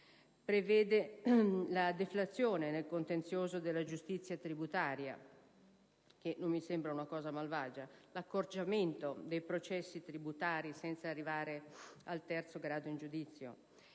inoltre la deflazione nel contenzioso della giustizia tributaria - il che non mi sembra malvagio - e l'accorciamento dei processi tributari, senza arrivare terzo grado di giudizio;